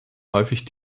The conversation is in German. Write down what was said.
häufig